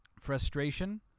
frustration